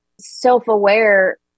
self-aware